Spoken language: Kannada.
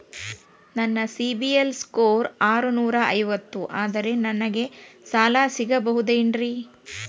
ನನ್ನ ಸಿಬಿಲ್ ಸ್ಕೋರ್ ಆರನೂರ ಐವತ್ತು ಅದರೇ ನನಗೆ ಸಾಲ ಸಿಗಬಹುದೇನ್ರಿ?